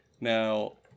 Now